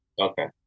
Okay